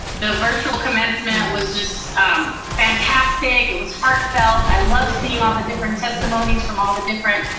the virtual commencement was just fantastic, it was heartfelt. i love seeing all the different testimonies from all the different